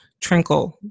trinkle